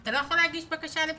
אתה לא יכול להגיש בקשה לפיצוי.